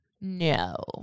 No